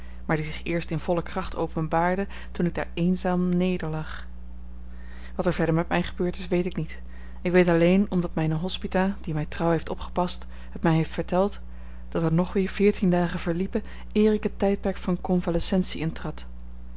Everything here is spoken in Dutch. maar die zich eerst in volle kracht openbaarde toen ik daar eenzaam nederlag wat er verder met mij gebeurd is weet ik niet ik weet alleen omdat mijne hospita die mij trouw heeft opgepast het mij heeft verteld dat er nog weer veertien dagen verliepen eer ik het tijdperk van convalescentie intrad